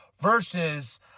versus